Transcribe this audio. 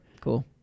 Cool